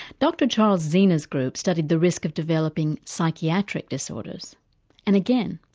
dr charles zeanah's group studied the risk of developing psychiatric disorders and, again,